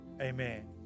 Amen